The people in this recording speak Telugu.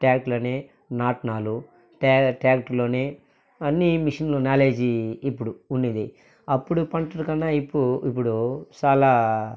ట్యాక్టర్లని నాట్నాలు ట్యా ట్యాక్టర్లోనే అన్నీ మిషిన్ల నాలెడ్జి ఇప్పుడు ఉంది అప్పుడు పంటలు కన్నా ఇప్పు ఇప్పుడు చాలా